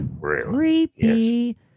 Creepy